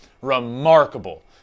remarkable